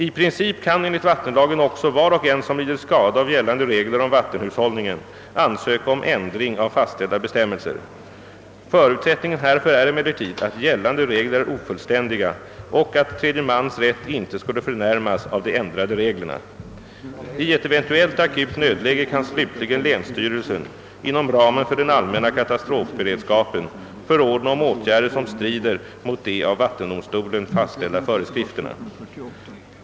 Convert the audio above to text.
I princip kan enligt vattenlagen också var och en som lider skada av gällande regler om vattenhushållningen ansöka om ändring av fastställda bestämmelser. Förutsättningen härför är emellertid, att gällande regler är ofullständiga och att tredje mans rätt inte skulle förnärmas av de ändrade reglerna. I ett eventuellt akut nödläge kan slutligen länsstyrelsen inom ramen för den allmänna katastrofberedskapen förordna om åtgärder, som strider mot de av vattendomstolen fastställda föreskrifterna.